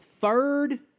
third